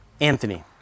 Anthony